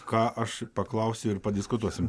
ką aš paklausiu ir padiskutuosim